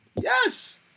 Yes